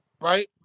Right